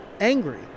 angry